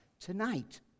tonight